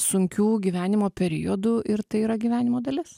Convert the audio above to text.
sunkių gyvenimo periodų ir tai yra gyvenimo dalis